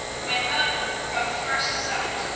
when moni, from the first summit,